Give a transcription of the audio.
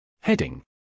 Heading